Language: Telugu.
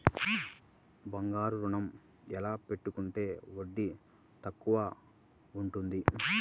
బంగారు ఋణం ఎలా పెట్టుకుంటే వడ్డీ తక్కువ ఉంటుంది?